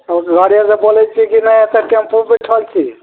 ओ घरे से बोलैत छियै कि नहि एतऽ टेम्पोमे बैठल छी